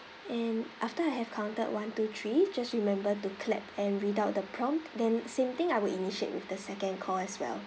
and after I have counted one two three just remember to clap and read out the prompt then same thing I will initiate with the second call as well